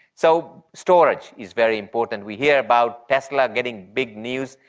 so storage is very important. we hear about tesla getting big news,